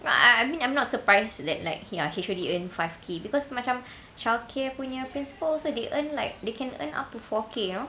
I I mean I'm not surprised that like ya H_O_D earn five K because macam childcare punya principal also they earn like they can earn up to four K you know